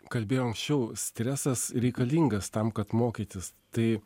kalbėjau anksčiau stresas reikalingas tam kad mokytis tai